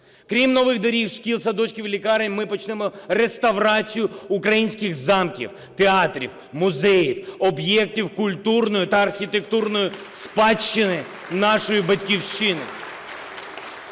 Крім нових доріг, шкіл, садочків і лікарень, ми почнемо реставрацію українських замків, театрів, музеїв, об'єктів культурної та архітектурної спадщини нашої Батьківщини.